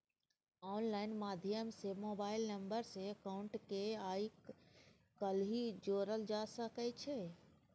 online माध्यम सँ mobile number सँ अकाउंट केँ आइ काल्हि जोरल जा सकै छै